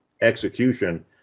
execution